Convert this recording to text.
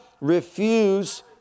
refuse